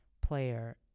player